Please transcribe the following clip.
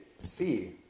see